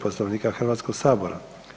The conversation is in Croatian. Poslovnika Hrvatskog sabora.